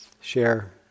share